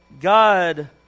God